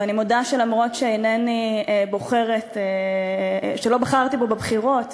ואני מודה שאף שלא בחרתי בו בבחירות,